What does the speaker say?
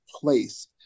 Place